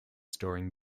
storing